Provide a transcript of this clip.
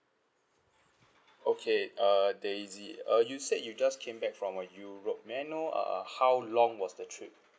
okay uh daisy uh you said you just came back from europe may I know uh how long was the trip